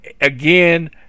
again